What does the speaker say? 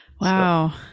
Wow